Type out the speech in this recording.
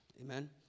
amen